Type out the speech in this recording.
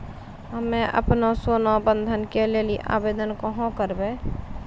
हम्मे आपनौ सोना बंधन के लेली आवेदन कहाँ करवै?